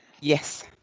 Yes